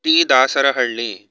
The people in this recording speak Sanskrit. टी दासरहल्लि